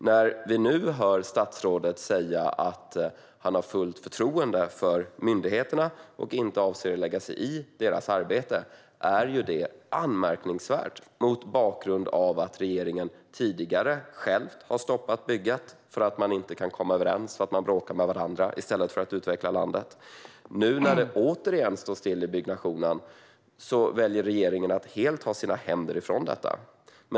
När vi nu hör statsrådet säga att han har fullt förtroende för myndigheterna och inte avser att lägga sig i deras arbete är det anmärkningsvärt mot bakgrund av att regeringen själv tidigare har stoppat bygget för att man inte kan komma överens utan bråkar med varandra i stället för att utveckla landet. Nu när det återigen står still i byggnationen väljer regeringen att helt ta sin hand ifrån detta.